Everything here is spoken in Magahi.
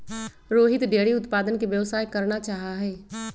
रोहित डेयरी उत्पादन के व्यवसाय करना चाहा हई